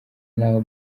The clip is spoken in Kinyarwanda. n’aho